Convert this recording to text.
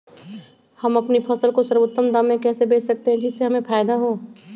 हम अपनी फसल को सर्वोत्तम दाम में कैसे बेच सकते हैं जिससे हमें फायदा हो?